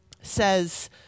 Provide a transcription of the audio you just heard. says